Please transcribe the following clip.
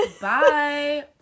Bye